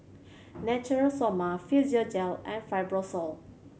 Natura Stoma Physiogel and Fibrosol